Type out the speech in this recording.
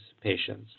patients